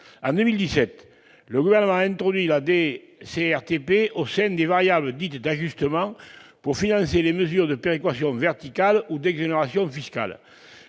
En 2017, le Gouvernement a introduit la DCRTP au sein des variables dites d'ajustement pour financer des mesures de péréquation verticale ou d'exonérations fiscales.